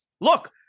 Look